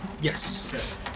yes